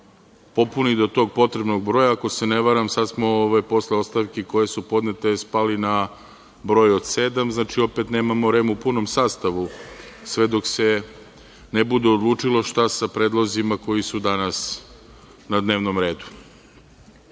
popune i do tog potrebnog broja. Ako se ne varam, sada smo, posle ostavki koje su podnete, spali na broj od sedam. Znači, opet nemamo REM u punom sastavu sve dok se ne bude odlučilo šta sa predlozima koji su danas na dnevnom